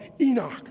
Enoch